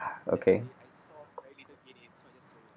okay